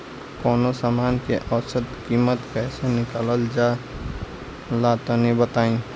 कवनो समान के औसत कीमत कैसे निकालल जा ला तनी बताई?